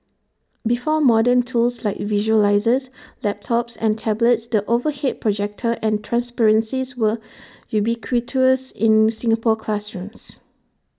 before modern tools like visualisers laptops and tablets the overhead projector and transparencies were ubiquitous in Singapore classrooms